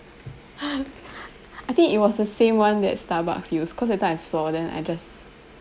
I think it was the same [one] that starbucks use cause that time I saw then I just